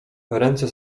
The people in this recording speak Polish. ręce